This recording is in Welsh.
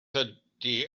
ydy